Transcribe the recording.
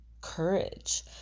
courage